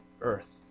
earth